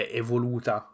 evoluta